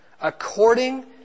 according